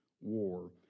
war